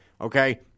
okay